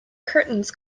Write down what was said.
curtains